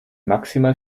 maximal